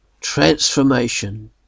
transformation